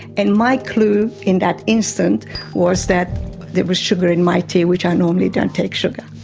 and my clue in that instant was that there was sugar in my tea, which i normally don't take sugar.